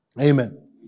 Amen